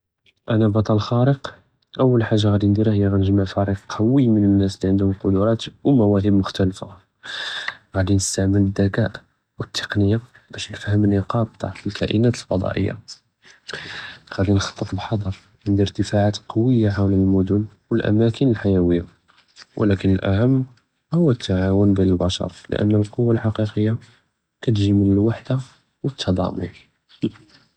אַנַא אלבַּטַל לְחַארֶק، אַוַּל חַאגַ'ה עַאדִי נְדִיר، עַאנְגְ׳מַע פַרִיק קַוִי מִן אֶנַאס לִעַנְדְהֻם קֻדְּרַאת וּמַוָאהִב מֻכְתַלִפַה، עַאדִי נְסְתַעְ׳מֶל דְּכַּאא, וּתְּקְנִיַּה בַּאש נְפְהַם נֻקַאט דַּעְף לִכַּאאִנַאת לְפַצָ׳יָּה، עַאדִי נְחַ׳טֶּט בִּחְ׳דַר، וּנְדִיר דִּפַאעַאת קַוִיַּה חַוְל לְמֻדֻן וּלְאַמַאכִן לִחַיָּוִיַּה، וּלַכִּן אלאַהַם הוא תַעַאוּן בּין לִבַּשַר، לִאַנַּה לְקּוּוַה לְחַקִיקִיַּה גִ׳י מִן לְוִחְדַה וּתְּדַאֻמ.